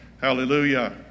Hallelujah